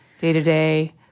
day-to-day